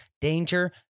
danger